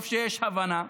טוב שיש הבנה,